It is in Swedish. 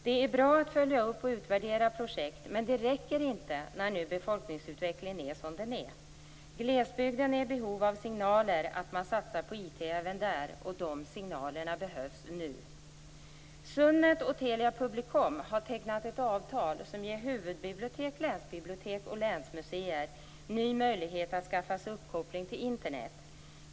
Det är bra att följa upp och utvärdera projekt, men det räcker inte när nu befolkningsutvecklingen är som den är. Glesbygden är i behov av signaler om att man satsar på IT även där, och de signalerna behövs nu. SUNET och Telia Publicom har tecknat ett avtal som ger huvudbibliotek, länsbibliotek och länsmuseer en ny möjlighet att skaffa sig uppkoppling till Internet.